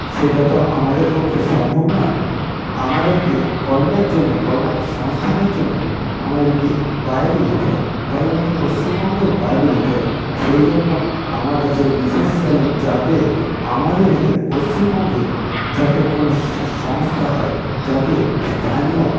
সেটা তো আমাদের পক্ষে সম্ভব নয় আমাদেরকে কর্মের জন্য কর্মসংস্থানের জন্য আমাদেরকে বাইরে যেতে হয় বাইরে মানে পশ্চিমবঙ্গের বাইরে যেতে হয় সেই জন্য আমার কাছে বিশেষ চ্যালেঞ্জ যাতে আমাদের এখানে পশ্চিমবঙ্গে যাতে কোন সংস্থা হয় যাতে স্থানীয়